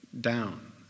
down